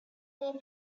more